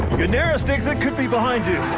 your nearest exit could be behind you.